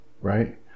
right